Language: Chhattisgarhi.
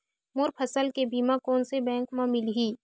मोर फसल के बीमा कोन से बैंक म मिलही?